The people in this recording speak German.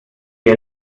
ihr